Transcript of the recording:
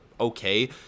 okay